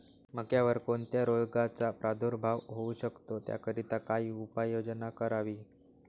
मक्यावर कोणत्या रोगाचा प्रादुर्भाव होऊ शकतो? त्याकरिता काय उपाययोजना करावी?